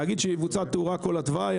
להגיד שתבוצע תאורה בכל התוואי?